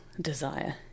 desire